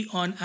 on